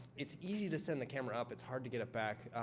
it's easy to send the camera up it's hard to get it back.